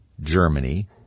Germany